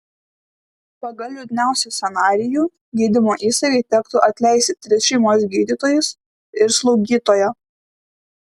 pagal liūdniausią scenarijų gydymo įstaigai tektų atleisti tris šeimos gydytojus ir slaugytoją